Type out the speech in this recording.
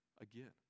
again